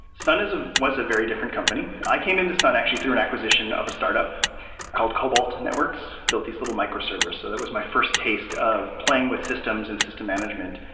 sun ah was a very different company. i came into sun actually through an acquisition of a startup called cobalt and networks, built these little micro-servers. so that was my first taste of playing with systems and system management.